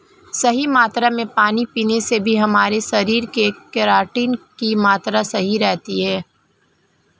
सही मात्रा में पानी पीने से भी हमारे शरीर में केराटिन की मात्रा सही रहती है